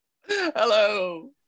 Hello